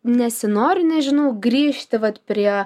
nesinori nežinau grįžti vat prie